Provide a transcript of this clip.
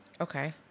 Okay